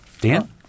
Dan